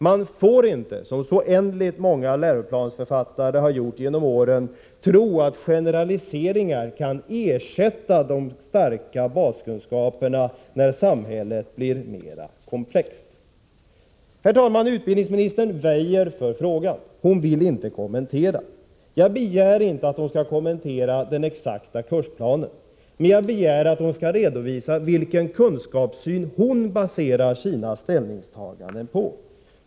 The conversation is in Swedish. Man får inte, som så oändligt många läroplansförfattare har gjort genom åren, tro att generaliseringar kan ersätta de starka baskunskaperna när samhället blir mer komplext. Herr talman! Utbildningsministern väjer för frågan. Hon vill inte kommentera. Jag begär inte att hon skall kommentera den exakta kursplanen, men jag begär att hon skall redovisa vilken kunskapssyn hon baserar sitt ställningstagande på.